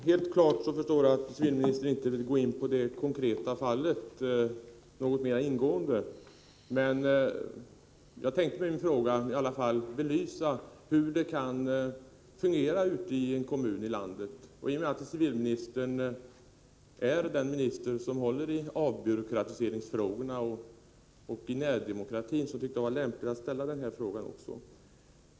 Herr talman! Helt klart förstår jag att civilministern inte vill gå in på det konkreta fallet mera ingående. Men jag tänkte med min fråga i alla fall belysa hur det kan fungera ute i en kommun i landet. I och med att civilministern är den minister som håller i avbyråkratiseringsfrågorna och i närdemokratin, tyckte jag att det var lämpligt att ställa denna fråga.